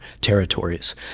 territories